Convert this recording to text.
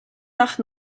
nach